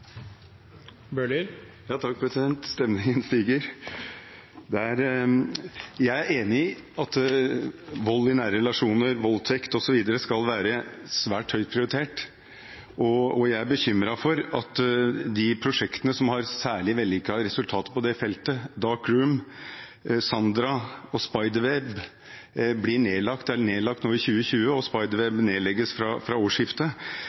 enig i at vold i nære relasjoner, voldtekt osv. skal være svært høyt prioritert. Jeg er bekymret fordi de prosjektene som har særlig vellykkete resultater på det feltet, Dark Room og Sandra, er nedlagt nå i 2020, og Spiderweb nedlegges fra årsskiftet.